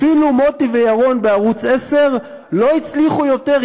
אפילו מוטי וירון בערוץ 10 לא הצליחו יותר,